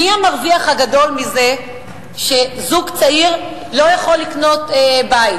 מי המרוויח הגדול מזה שזוג צעיר לא יכול לקנות בית?